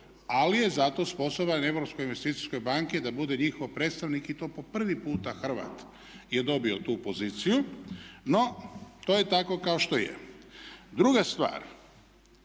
investicijskoj banki da bude njihov predstavnik i to po prvi puta Hrvat je dobio tu poziciju. No, to je tako kao što je. Druga stvar.